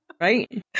Right